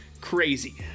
crazy